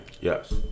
Yes